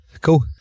Cool